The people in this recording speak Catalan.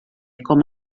com